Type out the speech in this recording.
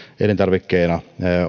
elintarvikkeena